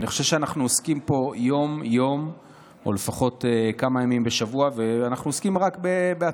ואני חושב שאנחנו עוסקים פה יום-יום או לפחות כמה ימים בשבוע רק בכם.